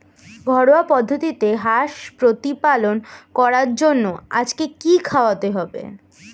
ঘরোয়া পদ্ধতিতে হাঁস প্রতিপালন করার জন্য আজকে কি খাওয়াতে হবে?